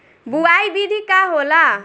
बुआई विधि का होला?